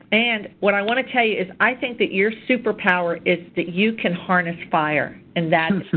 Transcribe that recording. and what i want to tell you is i think that your superpower is that you can harness fire and that's and